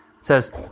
says